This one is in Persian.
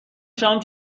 شام